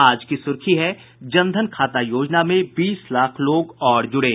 आज की सुर्खी है जनधन खाता योजना में बीस लाख लोग और जुड़े